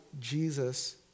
Jesus